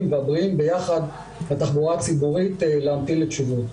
והבריאים ביחד לתחבורה הציבורית להמתין לתשובות.